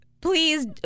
Please